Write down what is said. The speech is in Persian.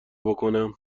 بکنم